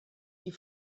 die